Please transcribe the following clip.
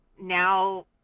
now